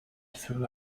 threw